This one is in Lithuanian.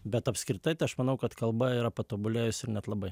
bet apskritai tai aš manau kad kalba yra patobulėjusi ir net labai